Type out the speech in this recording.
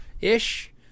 ish